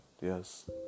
yes